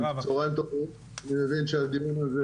אני מבין שהדיון הזה